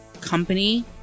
company